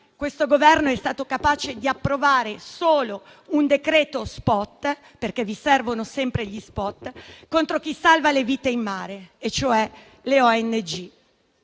questo Governo è stato capace di approvare solo un decreto-legge *spot* - perché vi servono sempre gli *spot* - contro chi salva le vite in mare, e cioè le ONG.